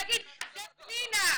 להגיד "זה פנינה,